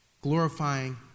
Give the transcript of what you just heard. glorifying